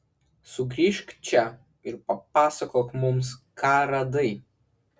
sugrįžk čia ir papasakok mums ką radai